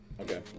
Okay